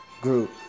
group